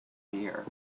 beer